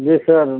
जी sir